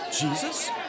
Jesus